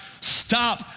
stop